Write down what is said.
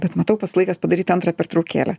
bet matau pats laikas padaryti antrą pertraukėlę